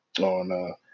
on, –